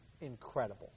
incredible